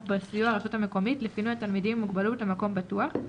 בסיוע הרשות המקומית לפינוי התלמידים עם מוגבלות למקום בטוח,